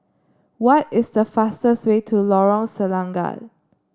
what is the fastest way to Lorong Selangat